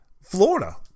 Florida